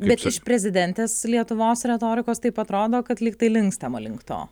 bet iš prezidentės lietuvos retorikos taip atrodo kad lyg tai linkstama link to